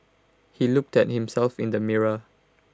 he looked at himself in the mirror